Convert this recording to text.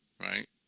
Right